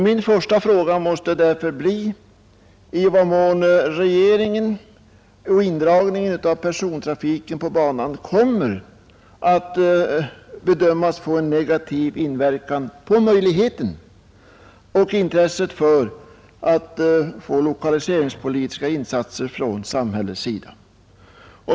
Min första fråga måste därför bli, i vad mån indragningen av persontrafiken på banan kommer att bedömas få en negativ inverkan på möjligheterna och intresset för lokaliseringspolitiska insatser från samhällets sida.